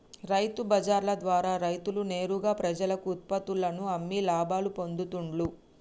రైతు బజార్ల ద్వారా రైతులు నేరుగా ప్రజలకు ఉత్పత్తుల్లను అమ్మి లాభాలు పొందుతూండ్లు